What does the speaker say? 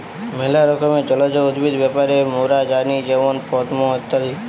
ম্যালা রকমের জলজ উদ্ভিদ ব্যাপারে মোরা জানি যেমন পদ্ম ইত্যাদি